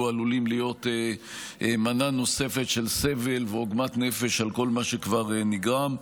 עלולים להיות מנה נוספת של סבל ועוגמת נפש על כל מה שכבר נגרם.